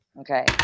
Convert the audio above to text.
okay